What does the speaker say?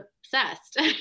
obsessed